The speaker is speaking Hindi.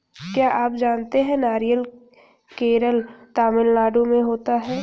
क्या आप जानते है नारियल केरल, तमिलनाडू में होता है?